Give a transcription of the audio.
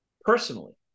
personally